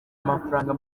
amafaranga